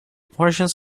portions